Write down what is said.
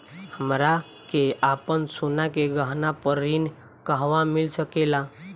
हमरा के आपन सोना के गहना पर ऋण कहवा मिल सकेला?